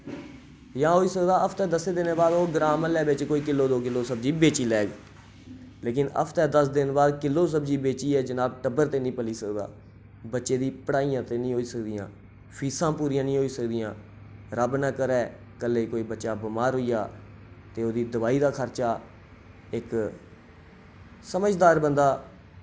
जां होई सकदा हफ्ते दस्सें दिनें बाद ओह ग्रां म्हल्ले बिच कोई किल्लो दो किल्लो सब्जी बेची लैग लेकिन हफ्ते दस दिन बाद किल्लो सब्जी बेचियै जनाब टब्बर ते नि पली सकदा बच्चे दी पढ़ाइयां ते नि होई सकदियां फीसां पूरियां नि होई सकदियां रब्ब ना करै कल्लै गी कोई बच्चा बमार होइया ते ओह्दी दवाई दा खर्चा इक समझदार बंदा